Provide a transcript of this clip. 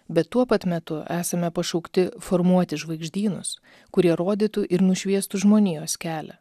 bet tuo pat metu esame pašaukti formuoti žvaigždynus kurie rodytų ir nušviestų žmonijos kelią